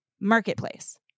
marketplace